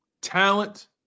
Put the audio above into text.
talent